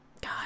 God